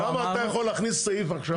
לא אמרנו --- למה אתה יכול להכניס סעיף עכשיו,